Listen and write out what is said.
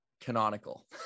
canonical